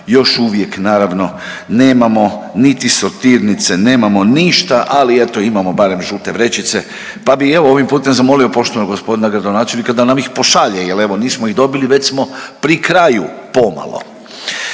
još uvijek naravno, nemamo niti sortirnice, nemamo ništa ali eto imamo barem žute vrećice. Pa bi evo ovim putem zamolio poštovanog gospodina gradonačelnika da nam ih pošalje, jer evo nismo ih dobili, već smo pri kraju pomalo.